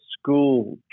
school